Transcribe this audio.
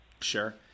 Sure